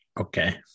Okay